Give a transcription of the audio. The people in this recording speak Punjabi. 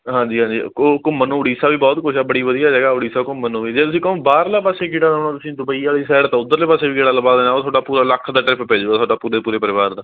ਹਾਂਜੀ ਹਾਂਜੀ ਉਹ ਘੁੰਮਣ ਨੂੰ ਉੜੀਸਾ ਵੀ ਬਹੁਤ ਕੁਝ ਆ ਬੜੀ ਵਧੀਆ ਜਗ੍ਹਾ ਉੜੀਸਾ ਘੁੰਮਣ ਨੂੰ ਵੀ ਜੇ ਤੁਸੀਂ ਕਹੋ ਬਾਹਰਲਾ ਪਾਸੇ ਗੇੜਾ ਲਾਉਣਾ ਤੁਸੀਂ ਦੁਬਈ ਵਾਲੀ ਸਾਈਡ ਤਾਂ ਉੱਧਰਲੇ ਪਾਸੇ ਵੀ ਗੇੜਾ ਲਵਾ ਦੇਣਾ ਉਹ ਤੁਹਾਡਾ ਪੂਰਾ ਲੱਖ ਦਾ ਟਰਿਪ ਪੈ ਜੂਗਾ ਤੁਹਾਡਾ ਪੂਰੇ ਦੇ ਪੂਰੇ ਪਰਿਵਾਰ ਦਾ